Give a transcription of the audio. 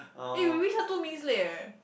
eh you reached here two minutes late eh